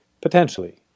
potentially